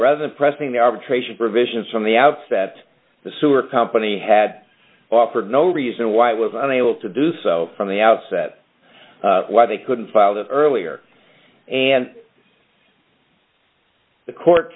rather than pressing the arbitration provisions from the outset the sewer company had offered no reason why it was unable to do so from the outset why they couldn't file that earlier and the court